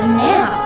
now